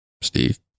Steve